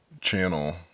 channel